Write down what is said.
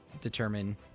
determine